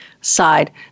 side